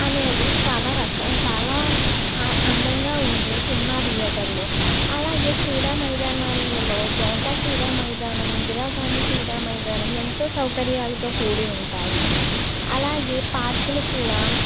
అనేది చాలా రకాల చాలా అందంగా ఉండే సినిమా ధియేటర్ లో అలాగే క్రీడ మైదానాలలో జనతా క్రీడా మైదానం ఇందిరా గాంధీ క్రీడామైదానం ఎంతో సౌకర్యాలతో కూడి ఉంటాయి అలాగే పార్కులు కూడా